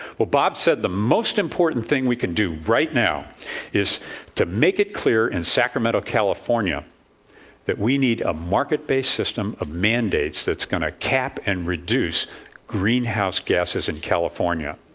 but bob said the most important thing we could do right now is to make it clear in sacramento, california that we need a market-based system of mandates that's going to cap and reduce greenhouse gases in california.